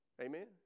Amen